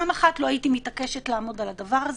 לו לא הייתי מתעקשת לעמוד על הדבר הזה,